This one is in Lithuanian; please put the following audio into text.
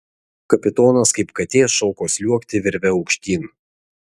kapitonas kaip katė šoko sliuogti virve aukštyn